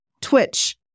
Twitch